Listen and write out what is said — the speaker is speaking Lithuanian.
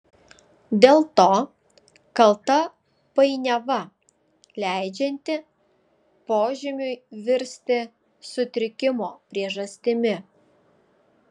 dėl to kalta painiava leidžianti požymiui virsti sutrikimo priežastimi